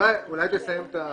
(הישיבה נפסקה בשעה